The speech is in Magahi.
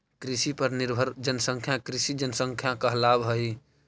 कृषि पर निर्भर जनसंख्या कृषि जनसंख्या कहलावऽ हई